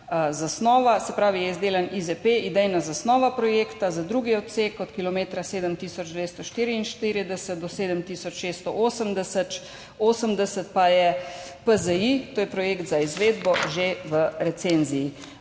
zasnova, se pravi, je izdelan IZP, idejna zasnova projekta, za drugi odsek, od kilometra 7 plus 244 do 7 plus 680, pa je PZI, to je projekt za izvedbo, že v recenziji.